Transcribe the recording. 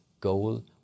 goal